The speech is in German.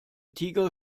tiger